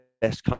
best